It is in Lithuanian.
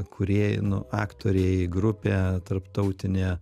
kūrėjai nu aktoriai grupė tarptautinė